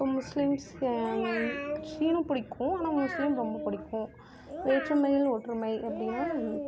இப்போ முஸ்லிம்ஸ் கிறிஸ்டியினும் பிடிக்கும் ஆனால் முஸ்லீம் ரொம்ப பிடிக்கும் வேற்றுமையில் ஒற்றுமை அப்படின்னா